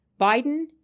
Biden